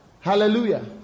Hallelujah